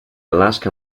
alaska